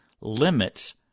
limits